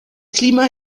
klima